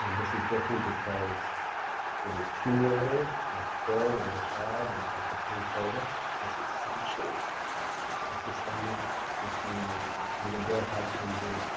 this is different because it is cumulative, like phil and rashad and dr. king told us, this is centuries of systemic discrimination, and the bill has come due.